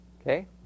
Okay